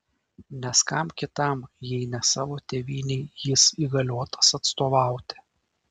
nes kam kitam jei ne savo tėvynei jis įgaliotas atstovauti